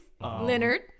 Leonard